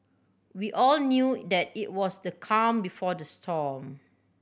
we all knew that it was the calm before the storm